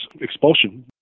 expulsion